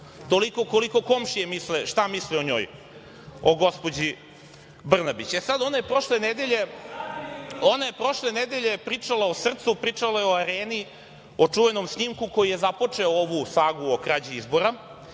Toliko, šta komšije misle o njoj, o gospođi Brnabić. Sada, ona je prošle nedelje pričala o Srbu, pričala je o Areni, o čuvenom snimku koji je započeo ovu sagu o krađi izbora,